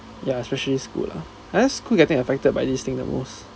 ya especially school lah I guess school's getting affected by this thing the most